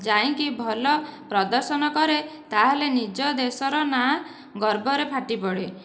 ଯାଇକି ଭଲ ପ୍ରଦର୍ଶନ କରେ ତାହେଲେ ନିଜ ଦେଶର ନାଁ ଗର୍ବରେ ଫାଟି ପଡ଼େ